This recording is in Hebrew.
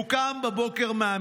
הוא קם מהמיטה